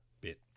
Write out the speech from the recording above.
bit